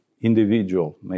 individual